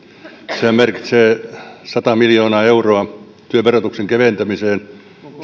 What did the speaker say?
sehän merkitsee sata miljoonaa euroa työn verotuksen keventämiseen